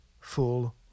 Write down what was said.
full